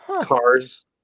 cars